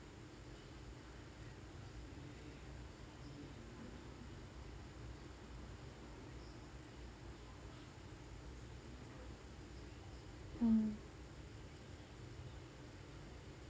mm